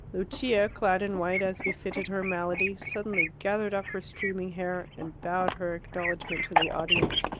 lucia, clad in white, as befitted her malady, suddenly gathered up her streaming hair and bowed her acknowledgment to the audience.